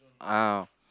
ah